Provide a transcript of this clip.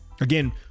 Again